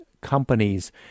companies